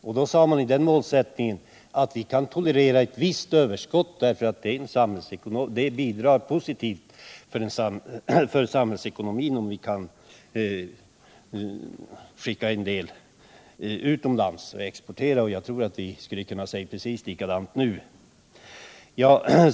I målsättningen den gången sades att vi kunde tolerera ett visst överskott därför att det skulle bidra positivt till samhällsekonomin om vi kunde exportera. Jag tror att vi kan resonera på precis samma sätt nu.